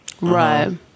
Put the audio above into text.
Right